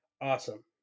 awesome